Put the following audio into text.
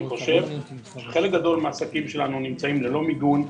אני חושב שחלק גדול מן העסקים שלנו נמצאים ללא מיגון,